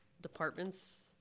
departments